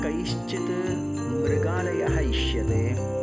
कैश्चित् मृगालयः इष्यते